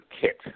kit